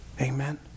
Amen